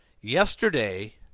yesterday